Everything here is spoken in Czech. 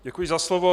Děkuji za slovo.